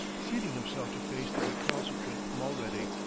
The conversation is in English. seating himself to face the recalcitrant mulready.